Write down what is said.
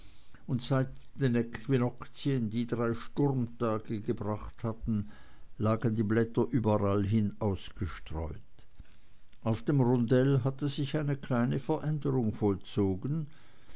äquinoktien die die drei sturmtage gebracht hatten lagen die blätter überallhin ausgestreut auf dem rondell hatte sich eine kleine veränderung vollzogen